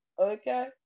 okay